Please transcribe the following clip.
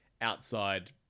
outside